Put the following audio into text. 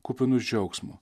kupinus džiaugsmo